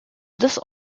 this